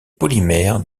polymères